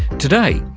today,